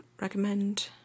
recommend